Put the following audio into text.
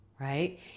right